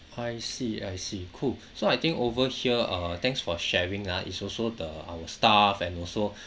I see I see cool so I think over here uh thanks for sharing ah it's also the our staff and also